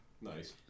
nice